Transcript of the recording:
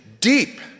Deep